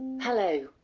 hello.